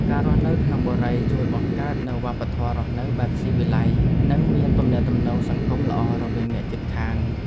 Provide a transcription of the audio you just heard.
ការរស់នៅក្នុងបុរីជួយបង្កើតនូវវប្បធម៌រស់នៅបែបស៊ីវិល័យនិងមានទំនាក់ទំនងសង្គមល្អរវាងអ្នកជិតខាង។